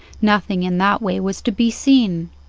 nothing in that way was to be seen.